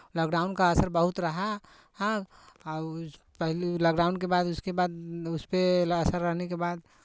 lockdown का असर बहुत रहा हाँ और पहिले लॉकडाउन के बाद उसके बाद उसपे असर रहने के बाद